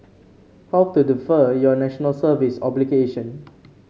how to defer your National Service obligation